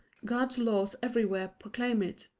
god's laws everywhere proclaim it.